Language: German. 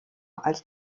als